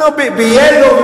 ב-Yellow.